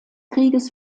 krieges